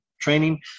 training